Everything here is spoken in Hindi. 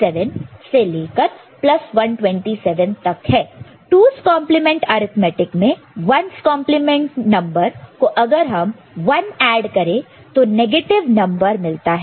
2's complement arithmetic 2's complement arithmetic में 1's complement number 1's complement number को अगर हम 1 ऐड करें तो नेगेटिव नंबर मिलता है